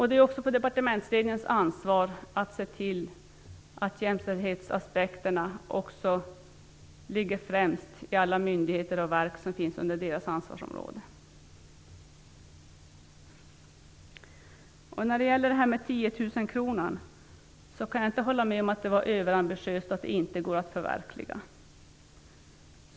Det är också departementsledningarnas ansvar att se till att jämställdhetsaspekterna ligger främst i alla myndigheter och verk som finns under deras ansvarsområde. När det gäller "tiotusenkronan" kan jag inte hålla med om att det var överambitiöst och att det inte går att förverkliga.